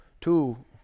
two